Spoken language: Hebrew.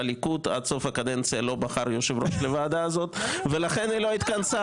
הליכוד לא בחר יושב-ראש עד סוף הקדנציה ולכן היא לא התכנסה.